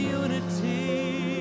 unity